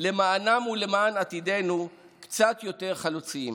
למענם ולמען עתידנו קצת יותר חלוצים.